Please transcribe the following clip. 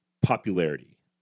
popularity